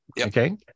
Okay